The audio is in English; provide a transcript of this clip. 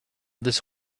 this